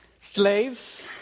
Slaves